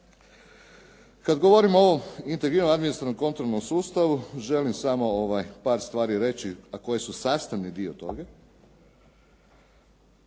Kad govorimo o ovom integriranom administrativnom kontrolnom sustavu želim samo par stvari reći a koje su sastavni dio toga.